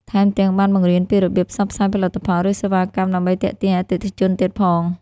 ថែមទាំង បានបង្រៀនពីរបៀបផ្សព្វផ្សាយផលិតផល ឬសេវាកម្ម ដើម្បីទាក់ទាញអតិថិជនទៀតផង។